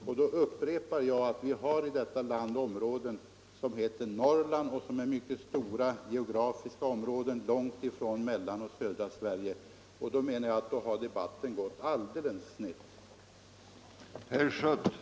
Jag upprepar att vi har geografiskt mycket stora områden i Norrland, långt från mellersta och södra Sverige, och jag anser att debatten har gått snett om man inte tar hänsyn därtill.